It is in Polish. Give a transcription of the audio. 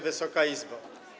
Wysoka Izbo!